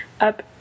up